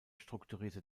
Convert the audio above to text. strukturierte